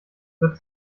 wird